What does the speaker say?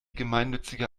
gemeinnützige